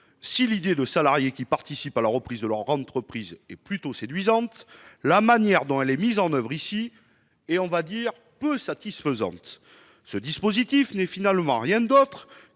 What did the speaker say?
à des salariés de participer à la reprise de leur entreprise est plutôt séduisante, la manière dont elle est mise en oeuvre ici est peu satisfaisante : ce dispositif n'est finalement rien d'autre